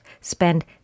spend